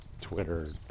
Twitter